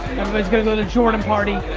gonna go to the jordan party.